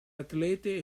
atlete